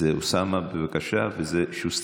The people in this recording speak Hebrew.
זה אוסאמה, בבקשה, וזה שוסטר.